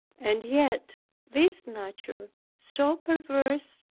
and yet this nature so perverse,